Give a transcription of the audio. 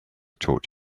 taught